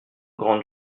grandes